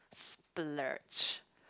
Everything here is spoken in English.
splurge